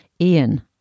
Ian